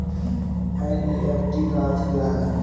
NEFT का अर्थ क्या है?